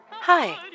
Hi